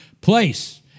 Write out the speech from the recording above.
place